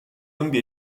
分别